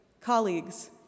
colleagues